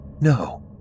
No